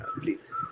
please